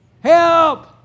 Help